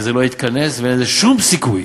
וזה לא יתכנס ואין לזה שום סיכוי.